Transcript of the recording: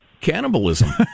cannibalism